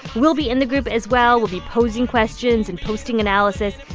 we'll be in the group, as well. we'll be posing questions and posting analysis.